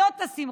לא טסים,